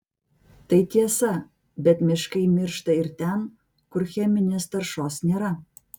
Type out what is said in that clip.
tai tiesa bet miškai miršta ir ten kur cheminės taršos nėra